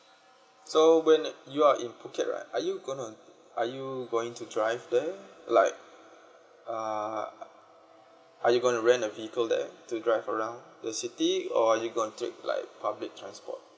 so when you are in phuket right are you gonna are you going to drive there like uh are you gonna rent a vehicle there to drive around the city or are you going like public transport